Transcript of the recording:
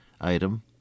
item